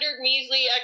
measly